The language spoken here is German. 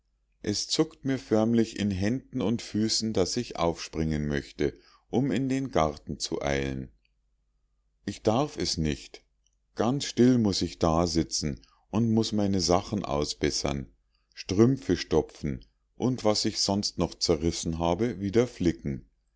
es zuckt mir förmlich in händen und füßen daß ich aufspringen möchte um in den garten zu eilen ich darf es nicht ganz still muß ich dasitzen und muß meine sachen ausbessern strümpfe stopfen und was ich sonst noch zerrissen habe wieder flicken